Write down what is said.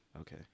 Okay